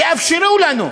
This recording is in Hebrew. תאפשרו לנו.